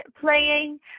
playing